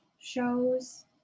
shows